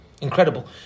Incredible